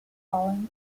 following